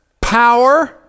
power